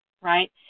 right